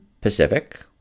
Pacific